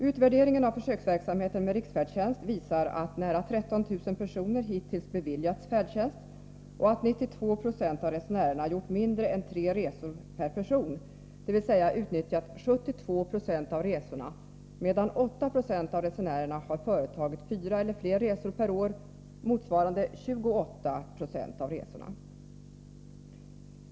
Utvärderingen av försöksverksamheten med riksfärdtjänst visar att nära 13 000 personer hittills beviljats färdtjänst och att 92 96 av resenärerna gjort mindre än tre resor per person, dvs. utnyttjat 72 26 av resorna, medan 8 96 av resenärerna har företagit fyra eller flera resor per år, motsvarande 28 96 av resorna.